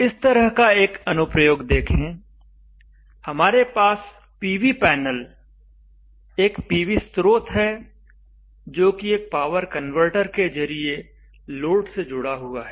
इस तरह का एक अनुप्रयोग देखें हमारे पास पीवी पैनल एक पीवी स्रोत है जो कि एक पावर कन्वर्टर के जरिए लोड से जुड़ा हुआ है